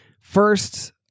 First